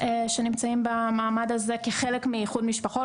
שנמצאים במעמד הזה כחלק מאיחוד משפחות.